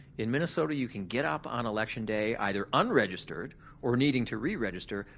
in minnesota, you can get up on election day either unregistered or needing to re-register,